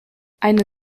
eine